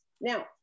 Now